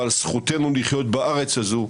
ועל זכותנו לחיות בארץ הזאת,